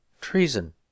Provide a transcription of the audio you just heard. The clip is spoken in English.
treason